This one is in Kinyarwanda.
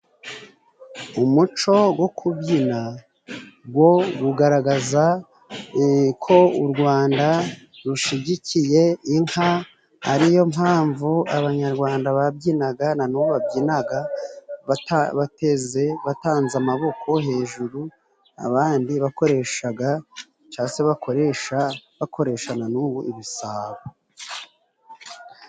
Umuco wo kubyina wo ugaragaza ko u Rwanda rushyigikiye inka, ariyo mpamvu abanyarwanda babyinaga na n'ubu babyinaga bateze, batanze amaboko hejuru, abandi bakoreshaga cangwa se bakoresha, bakoresha na n'ubu ibisabo.